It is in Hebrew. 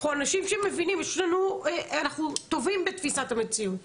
אנחנו אנשים שמבינים, אנחנו טובים בתפיסת המציאות.